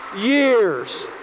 years